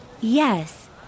Yes